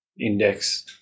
index